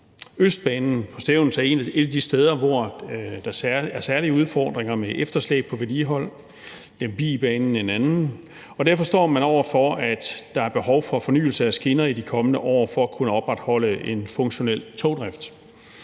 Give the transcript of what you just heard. Østbanen på Stevns er et af de steder, hvor der er særlige udfordringer med efterslæb på vedligehold, Lemvigbanen er en anden, og derfor står man over for, at der er behov for fornyelse af skinner i de kommende år for at kunne opretholde en funktionel togdrift.